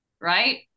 right